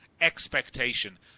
expectation